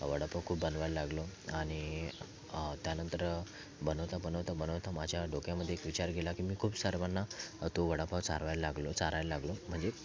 वडापाव खूप बनवायला लागलो आणि त्यानंतर बनवता बनवता बनवता माझ्या डोक्यामध्ये एक विचार गेला की मी खूप सर्वांना तो वडापाव चारवायला लागलो चारायला लागलो म्हणजे